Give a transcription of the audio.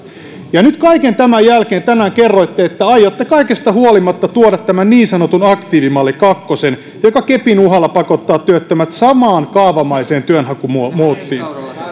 ja nyt kaiken tämän jälkeen tänään kerroitte että aiotte kaikesta huolimatta tuoda tämän niin sanotun aktiivimalli kakkosen joka kepin uhalla pakottaa työttömät samaan kaavamaiseen työnhakumuottiin